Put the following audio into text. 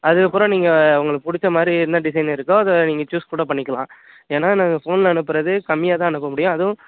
அதுக்கப்புறம் நீங்கள் உங்களுக்கு பிடிச்சமாரி என்ன டிசைன் இருக்கோ அதை நீங்கள் சூஸ் கூட பண்ணிக்கலாம் ஏன்னா நாங்கள் ஃபோனில் அனுப்புறது கம்மியாகதான் அனுப்பமுடியும் அதுவும்